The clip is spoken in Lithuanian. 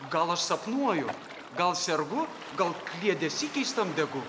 gal aš sapnuoju gal sergu gal kliedesy keistam degu